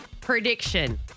Prediction